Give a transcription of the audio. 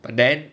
but then